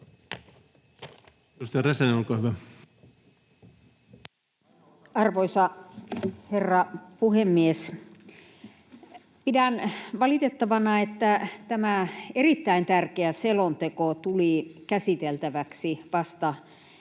Arvoisa herra puhemies! Pidän valitettavana, että tämä erittäin tärkeä selonteko tuli käsiteltäväksi vasta